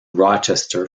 rochester